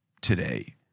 today